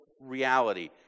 reality